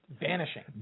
Vanishing